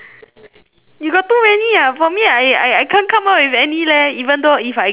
you got too many ah for me I I can't come up with any leh even though if I got a lot